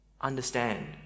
understand